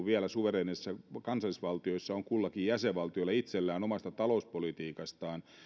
vielä suvereeneissa kansallisvaltioissa on kullakin jäsenvaltiolla itsellään omasta talouspolitiikastaan